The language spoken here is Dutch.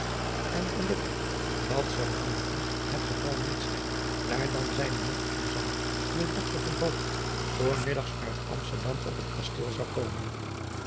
en gelukkig dat zou morgen het geval niet zijn daar dan zijne nicht susanna de dochter van hooft voormiddags uit amsterdam op het kasteel zou komen